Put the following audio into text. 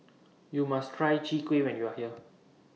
YOU must Try Chwee Kueh when YOU Are here